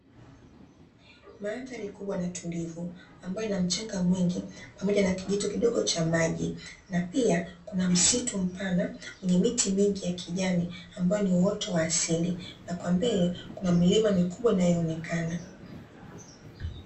Madhari kubwa na tulivu, ambayo ina mchanga mwingi pamoja na kijito kidogo cha maji na pia kuna msitu mpana, wenye miti mingi ya kijani ambayo ni uwoto wa asili na kwa mbele kuna milima mikubwa inayoonekana.